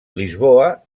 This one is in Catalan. lisboa